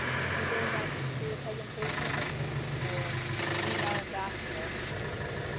thank you very much for your presentation, and thank you for being our ambassador